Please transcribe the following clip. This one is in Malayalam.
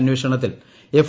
അന്വേഷണത്തിൽ എഫ്